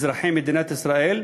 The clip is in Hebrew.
אזרחי מדינת ישראל,